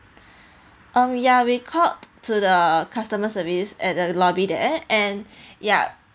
um ya we called to the customer service at the lobby there and ya